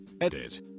Edit